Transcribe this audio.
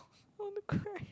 I want to cry